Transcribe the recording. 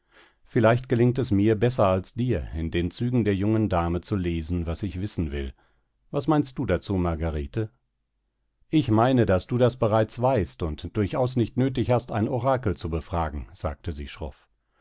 vielleicht gelingt es mir besser als dir in den zügen der jungen dame zu lesen was ich wissen will was meinst du dazu margarete ich meine daß du das bereits weißt und durchaus nicht nötig hast ein orakel zu befragen sagte sie schroff